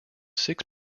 six